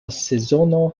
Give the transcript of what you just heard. sezono